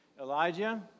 Elijah